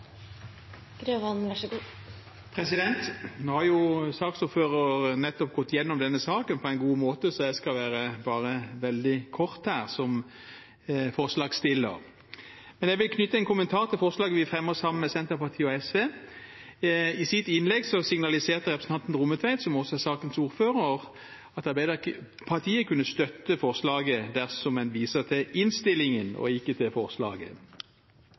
god måte, så jeg skal være veldig kort, som forslagsstiller. Men jeg vil knytte en kommentar til forslaget vi fremmer sammen med Senterpartiet og SV. I sitt innlegg signaliserte representanten Rommetveit, som også er sakens ordfører, at Arbeiderpartiet kunne støtte forslaget dersom en viser til innstillingen og ikke til forslaget.